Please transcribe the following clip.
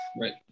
right